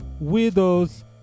widows